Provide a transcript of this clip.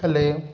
hello